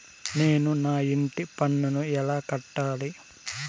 నేను నా ఇంటి పన్నును ఎలా కట్టాలి?